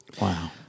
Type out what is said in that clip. wow